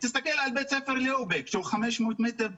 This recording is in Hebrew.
תסתכל על בית ספר ליאו בק, שנמצא 500 מטר משם,